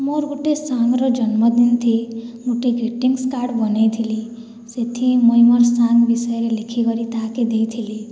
ମୋର ଗୋଟିଏ ସାଙ୍ଗର ଜନ୍ମଦିନ ଥି ଗୋଟିଏ ଗ୍ରିଟିଂସ୍ କାର୍ଡ଼ ବନାଇଥିଲି ସେଥି ମୁଇଁ ମୋର ସାଙ୍ଗ ବିଷୟରେ ଲେଖିକରି ତାହାକେ ଦେଇଥିଲି